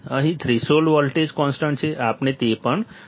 અહીં threshold voltage constant છે આપણે તેને જાણીએ છીએ